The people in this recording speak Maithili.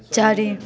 चारि